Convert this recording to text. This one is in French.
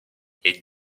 est